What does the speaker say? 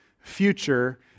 future